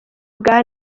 bwa